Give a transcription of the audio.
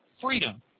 freedom